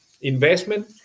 Investment